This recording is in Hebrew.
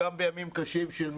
גם בימים קשים של מלחמה,